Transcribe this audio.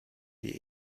die